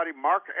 Mark